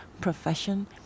profession